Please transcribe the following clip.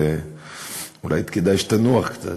אולי כדאי שתנוח קצת.